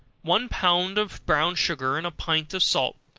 one pound of brown sugar, and a pint of salt,